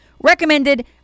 recommended